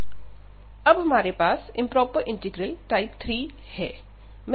अब हमारे पास इंप्रोपर इंटीग्रल टाइप 3 का है